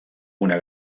una